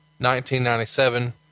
1997